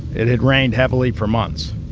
it had rained heavily for months.